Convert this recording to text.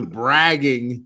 bragging